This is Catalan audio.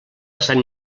sant